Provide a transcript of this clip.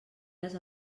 les